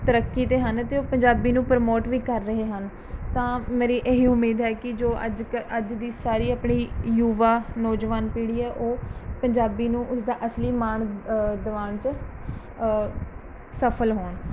ਤਰੱਕੀ 'ਤੇ ਹਨ ਅਤੇ ਉਹ ਪੰਜਾਬੀ ਨੂੰ ਪ੍ਰਮੋਟ ਵੀ ਕਰ ਰਹੇ ਹਨ ਤਾਂ ਮੇਰੀ ਇਹ ਹੀ ਉਮੀਦ ਹੈ ਕਿ ਜੋ ਅੱਜ ਅੱਜ ਦੀ ਸਾਰੀ ਆਪਣੀ ਯੁਵਾ ਨੌਜਵਾਨ ਪੀੜ੍ਹੀ ਹੈ ਉਹ ਪੰਜਾਬੀ ਨੂੰ ਉਸਦਾ ਅਸਲੀ ਮਾਣ ਦਿਵਾਉਣ 'ਚ ਸਫਲ ਹੋਣ